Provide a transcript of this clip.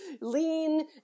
lean